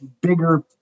bigger